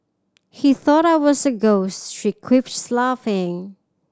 he thought I was a ghost she quips laughing